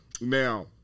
Now